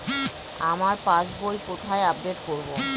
আমার পাস বই কোথায় আপডেট করব?